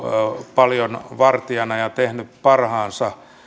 paljon vartijana ja tehnyt parhaansa